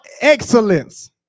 excellence